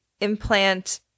implant